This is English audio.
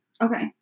okay